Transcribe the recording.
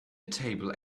table